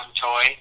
toy